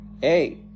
Hey